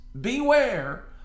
beware